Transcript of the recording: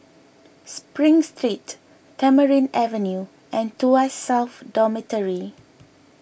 Spring Street Tamarind Avenue and Tuas South Dormitory